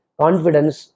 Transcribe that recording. confidence